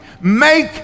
Make